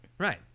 Right